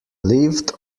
lived